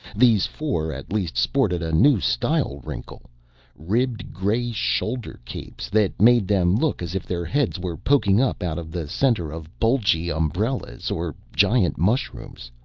these four at least sported a new style-wrinkle ribbed gray shoulder-capes that made them look as if their heads were poking up out of the center of bulgy umbrellas or giant mushrooms.